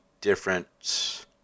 different